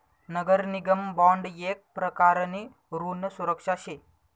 नगर निगम बॉन्ड येक प्रकारनी ऋण सुरक्षा शे